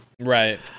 Right